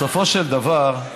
בסופו של דבר,